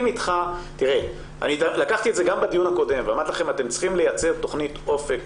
אמרתי את זה גם בדיון הקודם שאתם צריכים לייצר תכנית אופק,